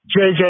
JJ